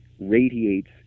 radiates